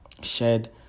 shared